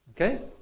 Okay